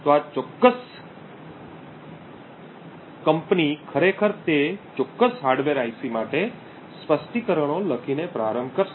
તો આ ચોક્કસ કંપની ખરેખર તે ચોક્કસ હાર્ડવેર IC માટે સ્પષ્ટીકરણો લખીને પ્રારંભ કરશે